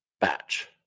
batch